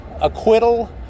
acquittal